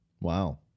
Wow